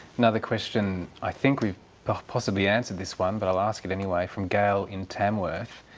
another question i think we've possibly answered this one, but i'll ask it anyway, from gayle in tamworth.